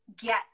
get